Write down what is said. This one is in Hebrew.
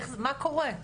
מה קורה?